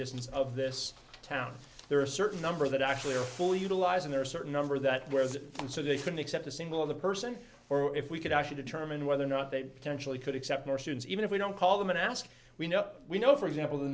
distance of this town there are certain number that actually are fully utilized there are certain number that where is it so they can except a single other person or if we could actually determine whether or not they potentially could accept martians even if we don't call them and ask we know we know for example the